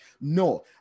No